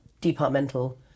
departmental